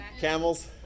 Camels